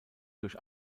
durch